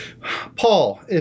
Paul